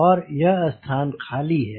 और यह स्थान खाली है